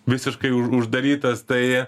visiškai uždarytas tai